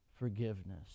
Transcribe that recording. Forgiveness